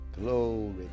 glory